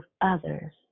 others